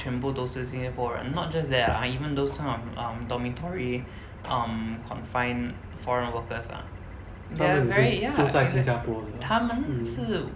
全部都是新加坡人 not just that lah even those some of um dormitory um confined foreign workers ah they are very ya 他们是